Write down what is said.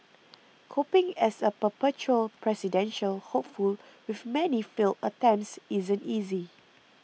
coping as a perpetual presidential hopeful with many failed attempts isn't easy